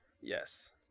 Yes